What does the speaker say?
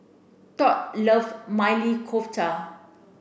Tod loves Maili Kofta